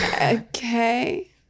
Okay